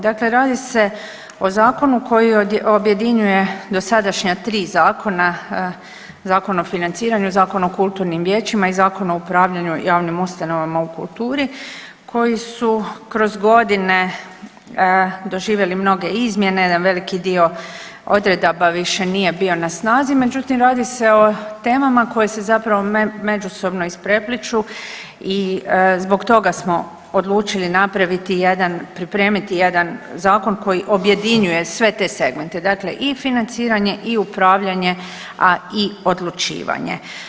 Dakle, radi se o zakonu koji objedinjuje dosadašnja tri zakona, Zakon o financiranju, Zakon o kulturnim vijećima i Zakon o upravljanju javnim ustanovama u kulturi koji su kroz godine doživjeli mnoge izmjene, jedan veliki dio odredaba više nije bio na snazi, međutim radi se o temama koje se zapravo međusobno isprepliću i zbog toga smo odlučili napraviti jedan pripremiti jedan zakon koji objedinjuje sve te segmente, dakle i financiranje i upravljanje, a i odlučivanje.